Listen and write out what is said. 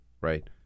right